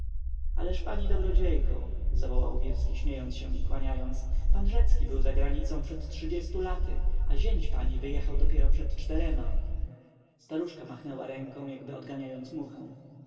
ależ pani dobrodziejko zawołał wirski śmiejąc się i kłaniając pan rzecki był za granicą przed laty a zięć pani wyjechał dopiero przed czterema staruszka machnęła ręką jakby odganiając muchę